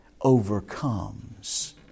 overcomes